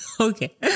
Okay